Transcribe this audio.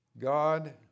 God